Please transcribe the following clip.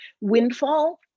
windfall